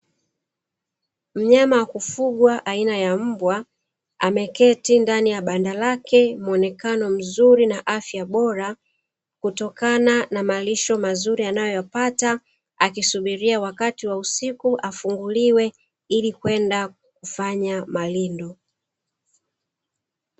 Mnyama wakufugwa aina ya mbwa, ameketi ndani ya banda lake mwonekano mzuri na afya bora kutokana na malisho mazuri anayoyapata, akisubiria wakati wa usiku afunguliwe ili kwenda kufanya malindo.